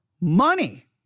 money